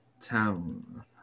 town